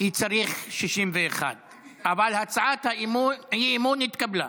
כי צריך 61. אבל הצעת האי-אמון התקבלה.